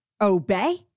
obey